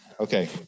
Okay